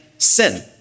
Sin